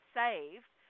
saved